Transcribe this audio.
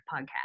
podcast